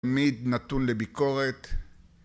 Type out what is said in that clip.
תמיד נתון לביקורת